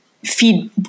feed